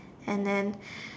and then